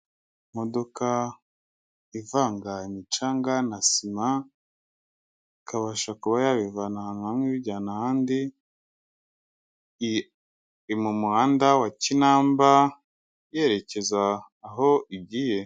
Imodoka ivanga imicanga na sima, ikabasha kuba yabivana ahantu hamwe ibijyana ahandi, iri mu muhanda wa kinamba yerekeza aho igiye.